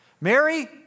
Mary